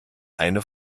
eine